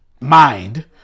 Mind